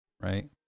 right